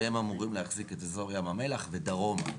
שהם אמורים להחזיק את אזור ים המלח ודרומה,